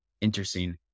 Interesting